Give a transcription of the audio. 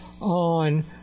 on